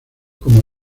como